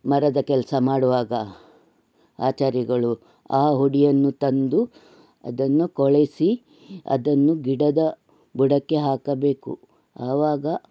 ಮರದ ಕೆಲಸ ಮಾಡುವಾಗ ಆಚಾರಿಗಳು ಆ ಹುಡಿಯನ್ನು ತಂದು ಅದನ್ನು ಕೊಳೆಸಿ ಅದನ್ನು ಗಿಡದ ಬುಡಕ್ಕೆ ಹಾಕಬೇಕು ಆವಾಗ